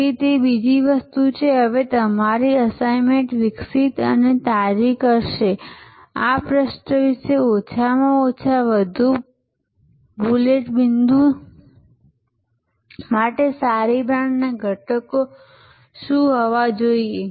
તેથી તે બીજી વસ્તુ છે જે હવે તમારી અસાઇનમેન્ટ વિકસિત અને તાજી કરશે આ પ્રશ્ન વિશે ઓછામાં ઓછા પાંચ વધુ બુલેટ બિંદુ માટે સારી બ્રાન્ડના ઘટકો શું હોવા જોઈએ